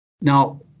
Now